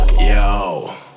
Yo